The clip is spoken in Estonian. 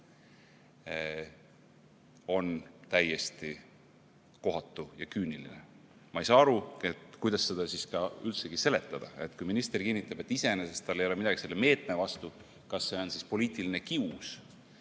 on kohatu ja küüniline. Ma ei saa aru, kuidas seda üldse seletada, kui minister kinnitab, et iseenesest tal ei ole midagi selle meetme vastu. Kas see on siis poliitiline kius,